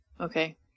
Okay